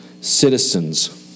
citizens